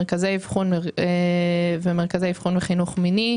מרכזי אבחון ומרכזי אבחון וחינוך מיני,